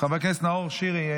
חבר הכנסת נאור שירי?